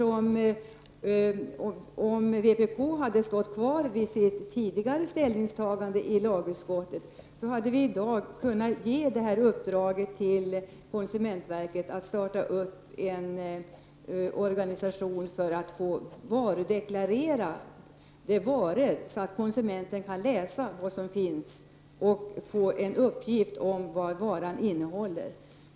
Om ni i vpk hade stått fast vid det tidigare ställningstagande i lagutskottet, hade vi i dag kunnat ge konsumentverket i uppdrag att starta en organisation för möjliggöra en varudeklaration. Då skulle konsumenten kunna läsa vad som finns och få uppgifter om vad olika varor innehåller.